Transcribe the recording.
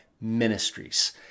ministries